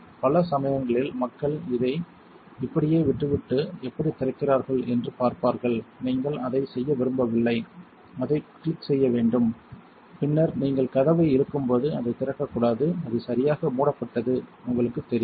பல சமயங்களில் மக்கள் இதை இப்படியே விட்டுவிட்டு எப்படி திறந்திருக்கிறார்கள் என்று பார்ப்பார்கள் நீங்கள் அதை செய்ய விரும்பவில்லை அதை கிளிக் செய்ய வேண்டும் பின்னர் நீங்கள் கதவை இழுக்கும்போது அது திறக்கக்கூடாது அது சரியாக மூடப்பட்டது உங்களுக்குத் தெரியும்